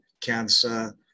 cancer